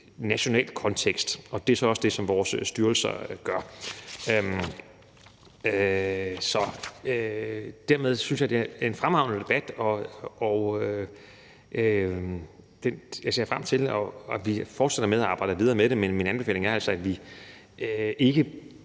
national kontekst, og det er så også det, som vores styrelser gør. Hermed vil jeg sige, at jeg synes, at det er en fremragende debat, og jeg ser frem til, at vi fortsætter med at arbejde videre med det, men min anbefaling er altså, at vi ikke